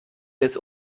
des